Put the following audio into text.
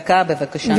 דקה, בבקשה.